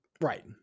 Right